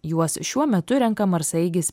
juos šiuo metu renka marsaeigis